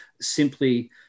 simply